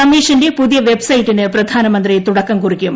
കമ്മീഷന്റെ പുതിയ വെബ്സൈറ്റിനു പ്രധാനമന്ത്രി തുടക്കം കുറിക്കും